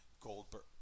Goldberg